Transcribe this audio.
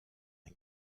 ein